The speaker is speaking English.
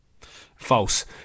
False